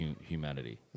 humanity